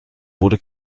wurde